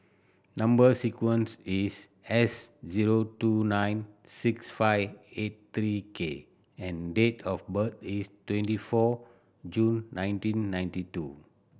number sequence is S zero two nine six five eight three K and date of birth is twenty four June nineteen ninety two